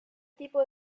tipo